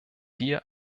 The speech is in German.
hier